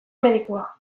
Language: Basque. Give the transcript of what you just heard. medikua